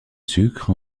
sucre